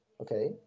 okay